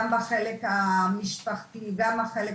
גם בחלק המשפחתי, גם בחלק